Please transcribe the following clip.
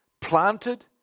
Planted